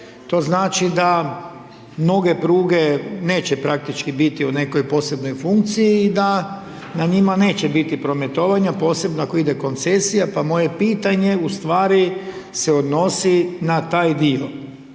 to znači da mnoge pruge neće praktički biti u nekoj posebnoj funkciji i da na njima neće biti prometovanja, posebno ako ide koncesija, pa moje pitanje u stvari se odnosi na taj dio.